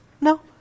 No